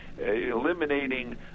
eliminating